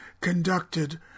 conducted